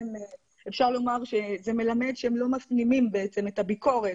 אפשר לומר שזה מלמד שהם לא מפנימים את הביקורת,